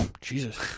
Jesus